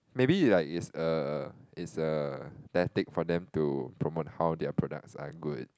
maybe like it's a it's a tactic for them to promote how their products are good